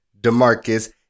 Demarcus